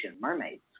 mermaids